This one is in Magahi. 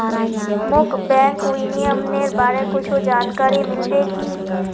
मोक बैंक विनियमनेर बारे कुछु जानकारी मिल्बे की